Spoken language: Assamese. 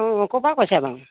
অঁ অঁ ক'পা কৈছে বাৰু